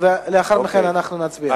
ולאחר מכן אנחנו נצביע.